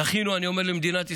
זכינו, אני אומר למדינת ישראל.